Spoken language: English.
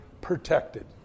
protected